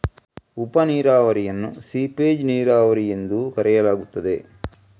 ಉಪ ನೀರಾವರಿಯನ್ನು ಸೀಪೇಜ್ ನೀರಾವರಿ ಎಂದೂ ಕರೆಯಲಾಗುತ್ತದೆ